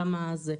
כמה זה.